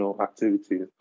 activities